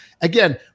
again